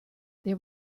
there